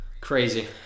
Crazy